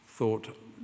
thought